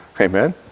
Amen